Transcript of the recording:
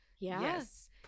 yes